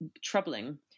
troubling